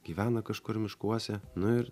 gyvena kažkur miškuose nu ir